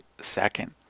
Second